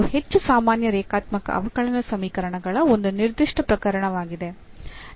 ಅದು ಹೆಚ್ಚು ಸಾಮಾನ್ಯ ರೇಖಾತ್ಮಕ ಅವಕಲನ ಸಮೀಕರಣಗಳ ಒಂದು ನಿರ್ದಿಷ್ಟ ಪ್ರಕರಣವಾಗಿದೆ